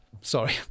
Sorry